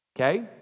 okay